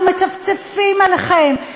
אנחנו מצפצפים עליכם,